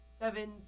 Seven